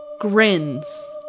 Grins